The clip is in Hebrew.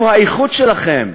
איפה האיכות שלכם?